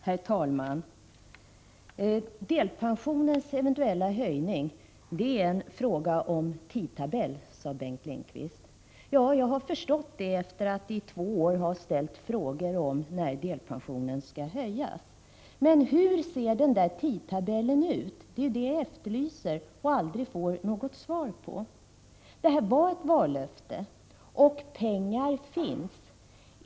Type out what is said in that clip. Herr talman! Delpensionens eventuella höjning är en fråga om tidtabell, sade Bengt Lindqvist. Ja, jag har förstått det efter att i två år ha ställt frågor om när delpensionen skall höjas. Men hur ser den tidtabellen ut? Den efterlysningen får jag aldrig något svar på. Detta var ett vallöfte, och pengar finns.